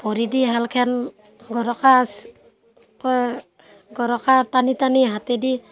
ভৰি দি শালখন গৰকাচ ক গৰকা টানি টানি হাতেদি